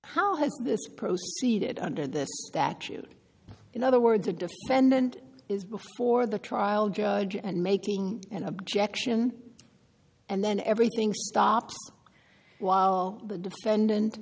how has this proceeded under this statute in other words a defendant is before the trial judge and making an objection and then everything stops while the defendant